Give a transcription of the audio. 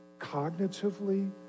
cognitively